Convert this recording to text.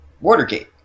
Watergate